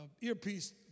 earpiece